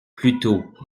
plutôt